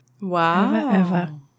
Wow